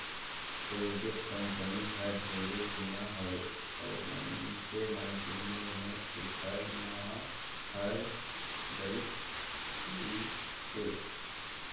Colgate company हर ढेरे जुना हवे अऊ मइनसे मन के मुंह मे ऐखर नाव हर बइस गइसे